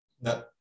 No